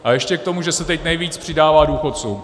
A ještě k tomu, že se teď nejvíc přidává důchodcům.